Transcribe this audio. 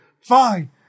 Fine